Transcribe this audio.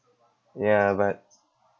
ya but